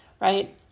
right